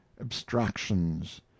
abstractions